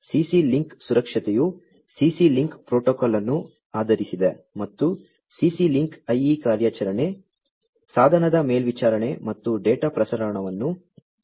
CC link ಸುರಕ್ಷತೆಯು CC link protocol ಅನ್ನು ಆಧರಿಸಿದೆ ಮತ್ತು CC ಲಿಂಕ್ IE ಕಾರ್ಯಾಚರಣೆ ಸಾಧನದ ಮೇಲ್ವಿಚಾರಣೆ ಮತ್ತು ಡೇಟಾ ಪ್ರಸರಣವನ್ನು ಸಕ್ರಿಯಗೊಳಿಸುತ್ತದೆ